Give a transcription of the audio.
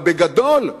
אבל בגדול,